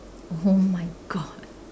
oh my God